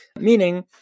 Meaning